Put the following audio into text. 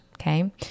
Okay